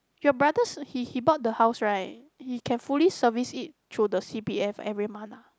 your brothers he he bought the house right he can fully service it though the C_P_F every month ah